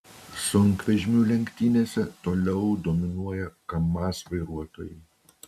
sunkvežimių lenktynėse toliau dominuoja kamaz vairuotojai